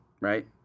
right